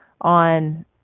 on